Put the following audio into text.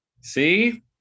See